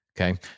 Okay